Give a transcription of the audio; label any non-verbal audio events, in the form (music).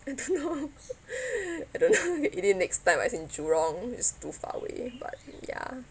I don't know (noise) (breath) I don't know (noise) maybe next time as in jurong it's too far away but ya